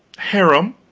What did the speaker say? harem?